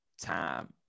time